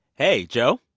hey, joe?